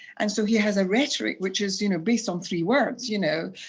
and so he has a rhetoric which is you know based on three words, you know